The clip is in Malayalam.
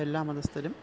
എല്ലാ മതസ്ഥരും